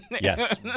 Yes